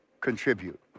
contribute